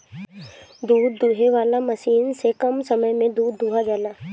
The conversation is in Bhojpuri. दूध दूहे वाला मशीन से कम समय में दूध दुहा जाला